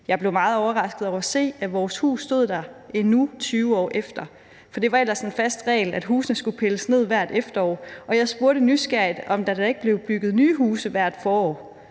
Jeg blev meget overrasket over at se, at vort hus stod der endnu 20 år efter. Det var en fast regel, at husene skulle pilles ned hvert efterår. ... og jeg spurgte nysgerrigt, om der ikke blev bygget nye huse hvert forår?